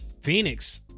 Phoenix